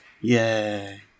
Yay